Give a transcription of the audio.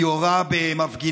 היא יורה במפגינים,